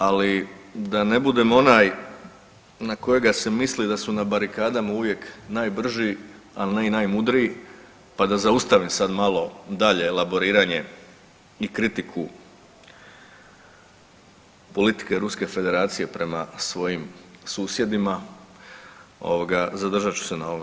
Ali da ne budem onaj na kojega se misli da su na barikadama uvijek najbrži, ali ne i najmudriji pa da zaustavim malo dalje elaboriranje i kritike politike Ruske Federacije prema svojim susjedima zadržat ću se na ovome.